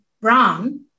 Brown